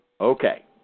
Okay